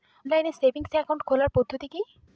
Online savings account খোলার পদ্ধতি কি?